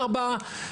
ארבע,